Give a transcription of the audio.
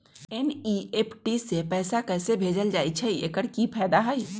NEFT से पैसा कैसे भेजल जाइछइ? एकर की फायदा हई?